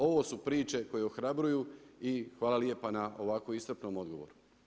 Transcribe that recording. Ovo su priče koje ohrabruju i hvala lijepa na ovakvom iscrpnom odgovoru.